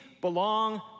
belong